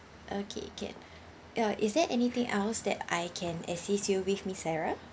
okay can ya is there anything else that I can assist you with miss sarah